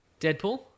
Deadpool